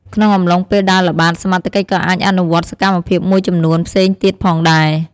ក្នុងអំឡុងពេលដើរល្បាត សមត្ថកិច្ចក៏អាចអនុវត្តសកម្មភាពមួយចំនួនផ្សេងទៀតផងដែរ។